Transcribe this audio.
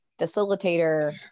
facilitator